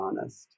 honest